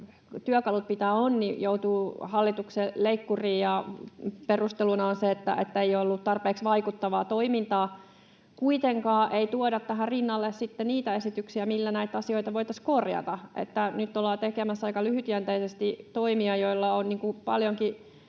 työkalut, mitä on, joutuvat hallituksen leikkuriin, ja perusteluna on se, että tämä ei ole ollut tarpeeksi vaikuttavaa toimintaa. Kuitenkaan ei tuoda tähän rinnalle sitten niitä esityksiä, millä näitä asioita voitaisiin korjata. Nyt ollaan tekemässä aika lyhytjänteisesti toimia, joilla on paljonkin